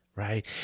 right